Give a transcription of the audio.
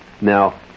Now